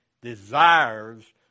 desires